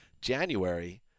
January